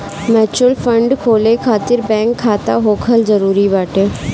mutual fund खोले खातिर bank खाता होखल जरुरी बाटे